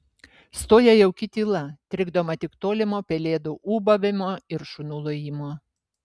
stoja jauki tyla trikdoma tik tolimo pelėdų ūbavimo ir šunų lojimo